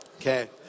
Okay